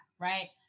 right